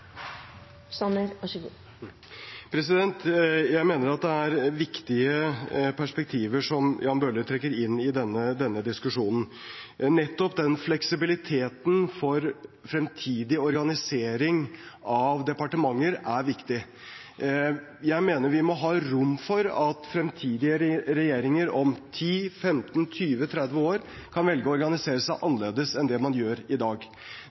Bøhler trekker inn i denne diskusjonen. Nettopp den fleksibiliteten for fremtidig organisering av departementer er viktig. Jeg mener vi må ha rom for at fremtidige regjeringer om 10, 15, 20, 30 år kan velge å organisere seg annerledes enn det man gjør i dag.